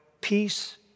peace